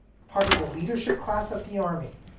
part of the leadership class of the army,